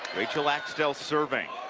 rachel axtell serving.